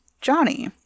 Johnny